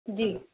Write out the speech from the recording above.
जी